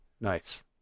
Nice